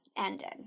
Ended